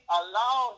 allow